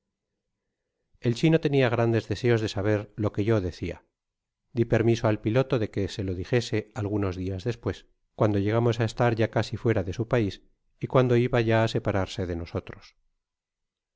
el chino tenia grandes deseos de saber lo que yo decia di permiso al piloto de que se lo dijese algunos dias despues cuando llegamos á estar ya casi fuera de su pah y caando iba ya á separarse de nosotros